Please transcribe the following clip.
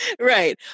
Right